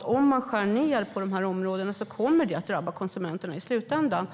Om man skär ned på dessa områden kommer det att drabba konsumenterna i slutändan.